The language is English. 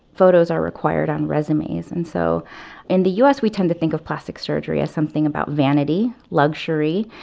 photos are required on resumes. and so in the u s, we tend to think of plastic surgery as something about vanity, luxury.